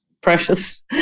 precious